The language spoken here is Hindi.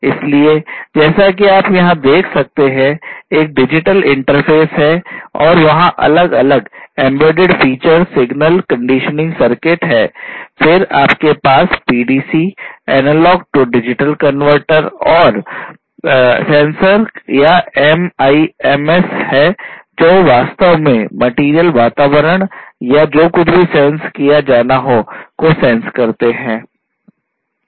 इसलिए जैसा कि आप यहां देख सकते हैं एक डिजिटल इंटरफ़ेस और सेंसर या एमईएमएस हैं जो वास्तव में मटेरियल वातावरण या जो कुछ भी सेंस किया जाना है को सेंस करते हैं